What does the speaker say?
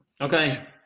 Okay